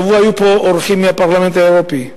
השבוע היו פה אורחים מהפרלמנט האירופי.